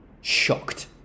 shocked